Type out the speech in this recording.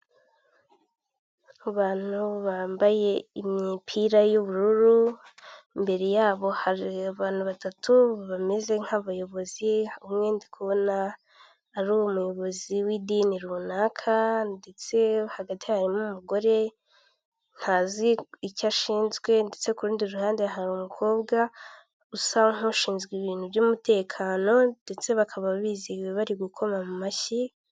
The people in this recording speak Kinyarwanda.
Abantu bambaye imipira y’ubururu, imbere yabo hari abantu batatu bameze nk’abayobozi. Umwe ndi kubona ari umuyobozi w’idini runaka, ndetse hagati harimo umugore ntazi icyo ashinzwe. Ndetse kurundi ruhande hari umukobwa usa nk’ushinzwe ibintu by’umutekano, ndetse bakaba bizihiwe bari gukoma mu mashyi.